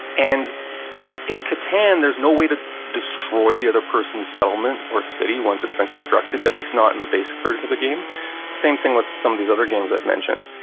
and in catan, there's no way to destroy the other person's settlement or city once it's been constructed, at least not in the basic version of the game. the same thing with some of these other games i've mentioned.